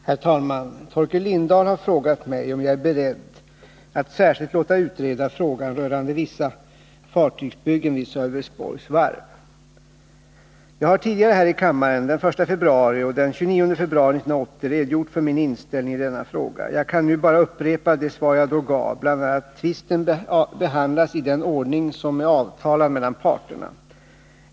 Herr talman! Torkel Lindahl har frågat mig om jag är beredd att särskilt låta utreda frågan rörande vissa fartygsbyggen vid Sölvesborgs varv. Jag har tidigare här i kammaren, den 1 februari och den 29 februari 1980, redogjort för min inställning i denna fråga. Jag kan nu bara upprepa de svar jag då gav, bl.a. att tvisten behandlas i den ordning som är avtalad mellan parterna.